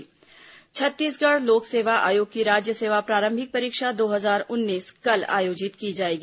PSC परीक्षा छत्तीसगढ़ लोक सेवा आयोग की राज्य सेवा प्रारंभिक परीक्षा दो हजार उन्नीस कल आयोजित की जाएगी